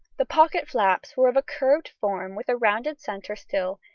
the pocket flaps were of a curved form, with a rounded centre still,